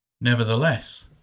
Nevertheless